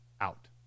out